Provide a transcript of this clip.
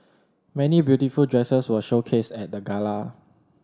many beautiful dresses were showcased at the gala